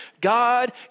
God